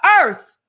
earth